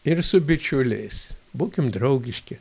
ir su bičiuliais būkim draugiški